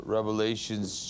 Revelations